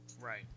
right